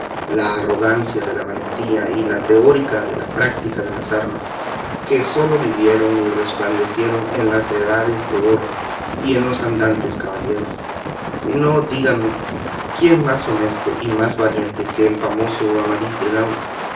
la arrogancia de la valentía y la teórica de la práctica de las armas que sólo vivieron y resplandecieron en las edades del oro y en los andantes caballeros si no díganme quién más honesto y más valiente que el famoso amadís de gaula